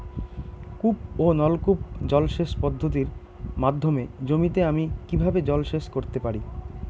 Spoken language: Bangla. কূপ ও নলকূপ জলসেচ পদ্ধতির মাধ্যমে জমিতে আমি কীভাবে জলসেচ করতে পারি?